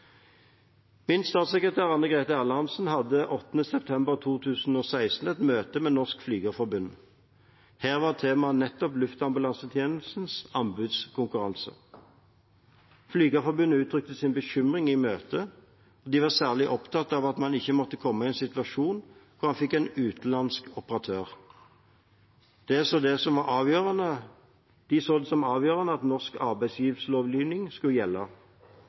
Min statssekretær Anne Grethe Erlandsen hadde 8. september 2016 et møte med Norsk Flygerforbund. Her var temaet nettopp Luftambulansetjenestens anbudskonkurranse. Flygerforbundet uttrykte sine bekymringer i møtet, og de var særlig opptatt av at man ikke måtte komme i en situasjon hvor man fikk inn en utenlandsk operatør. De så det som avgjørende at norsk arbeidslivslovgivning skulle gjelde.